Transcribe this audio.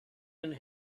and